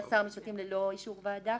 המשפטים ללא אישור ועדה?